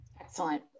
Excellent